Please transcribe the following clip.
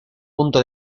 punto